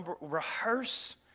rehearse